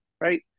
right